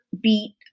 beat